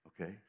Okay